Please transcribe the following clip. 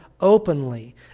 openly